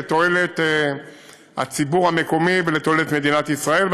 לתועלת הציבור המקומי ולתועלת מדינת ישראל,